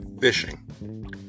fishing